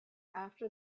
after